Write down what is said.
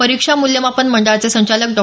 परीक्षा मूल्यमापन मंडळाचे संचालक डॉ